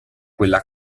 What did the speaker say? quella